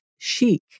chic